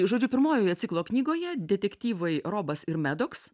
žodžiu pirmojoje ciklo knygoje detektyvai robas ir medoks